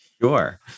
Sure